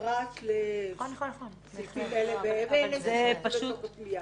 פרט לסעיפים אלה ואלה שייכנסו לתוקף מיד.